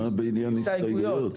מה בעניין הסתייגויות?